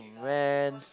when